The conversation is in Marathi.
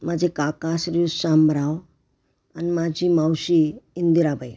माझे काका श्रीयुत शामराव आणि माझी मावशी इंदिराबाई